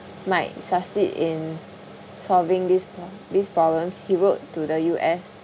might succeed in solving these pro~ these problems he wrote to the U_S